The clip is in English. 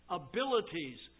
abilities